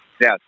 Yes